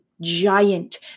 giant